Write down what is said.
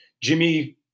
Jimmy